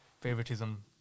favoritism